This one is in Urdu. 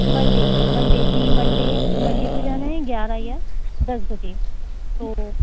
منڈے منڈے جی منڈے منڈے کو جانا ہے گیارہ یا دس بجے تو